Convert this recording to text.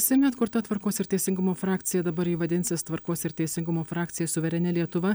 seime atkurta tvarkos ir teisingumo frakcija dabar ji vadinsis tvarkos ir teisingumo frakcija suvereni lietuva